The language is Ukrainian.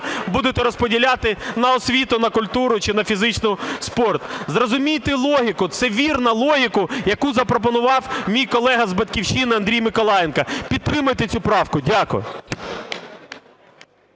будете розподіляти на освіту, на культуру чи на спорт. Зрозумійте логіку, це вірна логіка, яку запропонував мій колега з "Батьківщини" Андрій Ніколаєнко, підтримайте цю правку. Дякую.